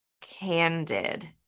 candid